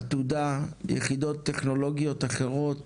עתודה, יחידות טכנולוגיות אחרות